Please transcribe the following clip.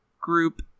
group